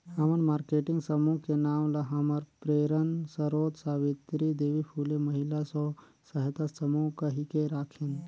हमन मारकेटिंग समूह के नांव ल हमर प्रेरन सरोत सावित्री देवी फूले महिला स्व सहायता समूह कहिके राखेन